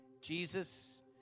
Jesus